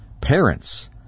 parents